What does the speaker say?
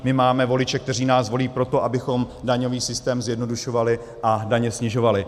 My máme voliče, kteří nás volí proto, abychom daňový systém zjednodušovali a daně snižovali.